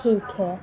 ٹھیک ہے